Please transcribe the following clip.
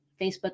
Facebook